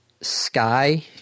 Sky